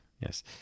Yes